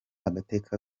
agateka